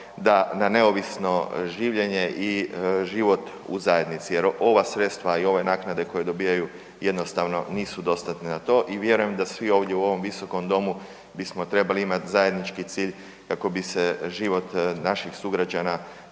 da na neovisno življenje i život u zajednici jer ova sredstva i ove naknade koje dobijaju jednostavno nisu dostatne na to i vjerujem da svi ovdje u ovom Visokom domu bismo trebali imati zajednički cilj kako bi se život naših sugrađana